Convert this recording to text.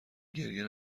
گریه